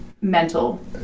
mental